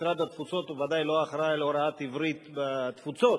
משרד התפוצות ודאי לא אחראי להוראת עברית בתפוצות.